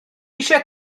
eisiau